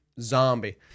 zombie